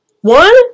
one